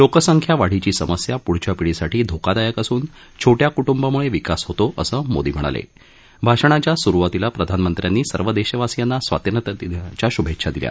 लोकसंख्या वाढीची समस्या पुढच्या पिढीसाठी धोकादायक असून छोट्या कुटुंबामुळविकास होतो असं मोदी म्हणालव भाषणाच्या सुरुवातीला प्रधानमंत्र्यांनी सर्व दक्षासियांना स्वातंत्र्य दिनाच्या शुभक्छा दिल्या